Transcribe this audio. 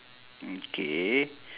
okay